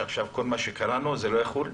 שעכשיו כל מה שקראנו זה לא יחול?